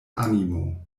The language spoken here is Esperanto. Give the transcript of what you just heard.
animo